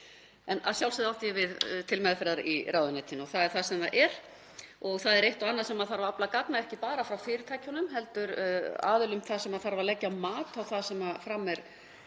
En að sjálfsögðu átti ég við til meðferðar í ráðuneytinu, það er þar sem það er. Það er eitt og annað sem þarf að afla gagna um, ekki bara frá fyrirtækjunum heldur aðilum þar sem þarf að leggja mat á það sem fram er